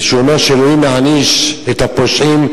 וכשהוא אומר שאלוהים יעניש את הפושעים,